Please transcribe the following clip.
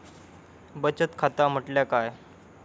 बचत खाता म्हटल्या काय?